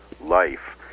life